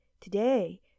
today